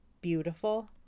beautiful